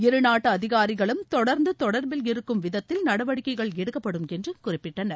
இருநாட்டு அதிகாரிகளும் தொடர்ந்து தொடர்பில் இருக்கும் விதத்தில் நடவடிக்கைகள் எடுக்கப்படும் என்று குறிப்பிட்டனர்